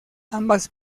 ambas